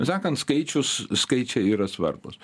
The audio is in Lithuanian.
sakant skaičius skaičiai yra svarbūs